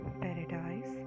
paradise